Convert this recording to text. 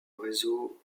réseau